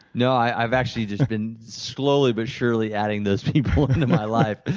no. i've actually just been slowly but surely adding those people into my life,